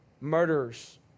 murderers